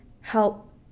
help